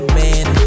man